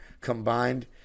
combined